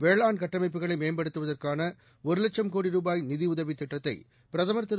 வேளான் கட்டமைப்புகளை மேம்படுத்துதற்கான லட்சம் கோடி ரூபாய் நிதியுதவி திட்டத்தை பிரதமர் திரு